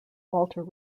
walter